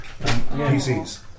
PCs